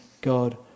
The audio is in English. God